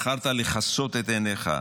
בחרת לכסות את עיניך,